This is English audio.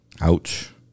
Ouch